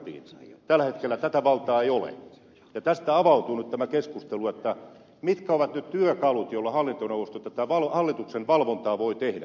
tällä hetkellä tätä valtaa ei ole ja tästä avautuu nyt tämä keskustelu siitä mitkä ovat ne työkalut joilla hallintoneuvosto tätä hallituksen valvontaa voi tehdä